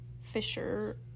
Fisher